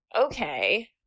Okay